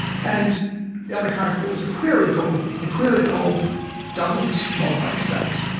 and the other kind of call is a query call, and a query call doesn't modify it state,